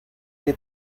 que